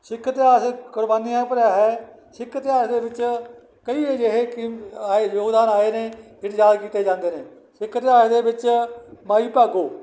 ਸਿੱਖ ਇਤਿਹਾਸ ਇੱਕ ਕੁਰਬਾਨੀਆਂ ਭਰਿਆ ਹੈ ਸਿੱਖ ਇਤਿਹਾਸ ਦੇ ਵਿੱਚ ਕਈ ਅਜਿਹੇ ਕੀ ਆਏ ਯੋਗਦਾਨ ਆਏ ਨੇ ਫਿਰ ਯਾਦ ਕੀਤੇ ਜਾਂਦੇ ਨੇ ਸਿੱਖ ਇਤਿਹਾਸ ਦੇ ਵਿੱਚ ਮਾਈ ਭਾਗੋ